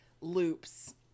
Loops